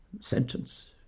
sentence